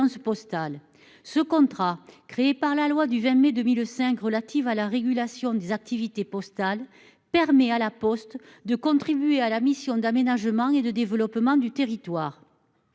postale. Créé par la loi du 20 mai 2005 relative à la régulation des activités postales, ce contrat permet à La Poste de contribuer à la mission d'aménagement et de développement du territoire.